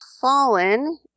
Fallen